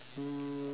um